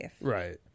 Right